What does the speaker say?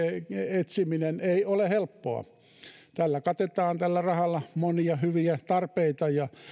etsiminen ei ole helppoa tällä rahalla katetaan monia hyviä tarpeita ja